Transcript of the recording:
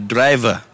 Driver